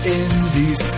indies